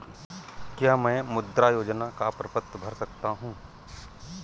क्या मैं मुद्रा योजना का प्रपत्र भर सकता हूँ?